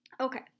Okay